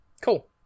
Cool